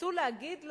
ניסו להגיד לו: